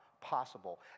possible